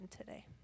today